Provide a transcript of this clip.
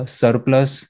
surplus